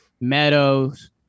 Meadows